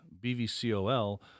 B-V-C-O-L